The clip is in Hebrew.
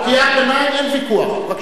מי אחראי לזה?